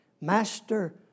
master